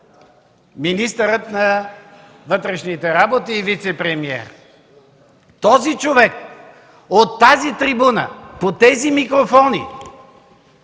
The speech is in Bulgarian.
министър на вътрешните работи и вицепремиер. Този човек от тази трибуна по тези микрофони,